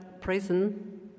prison